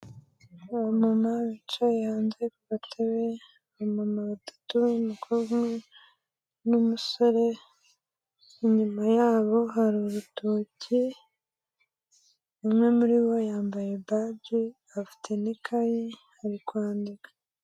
Umumama wicaye hanze ku gatebe, hari abamama batatu n'mukobwa n'umusore, inyuma yabo hari urutoke, umwe muri bo yambaye baje afite n'ikayi ari kwandika.